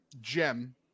gem